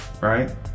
right